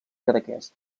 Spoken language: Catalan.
cadaqués